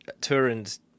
Turin's